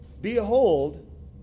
behold